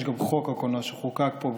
יש גם חוק הקולנוע שחוקק פה,